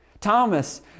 Thomas